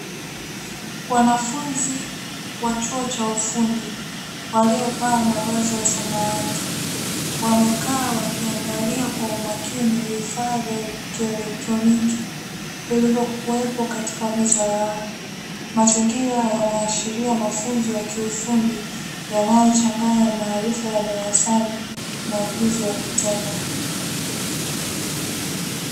Wanafunzi wa chuo cha ufundi waliovaa mavazi ya samawati wamekaa, wakiangalia kwa umakini vifaa vya electroniki vilivyokuwepo katika meza yao, mazingira yanaashiria mafunzo ya kiufundi yanayochanganya maarifa ya darasani na ujuzi wa vitendo.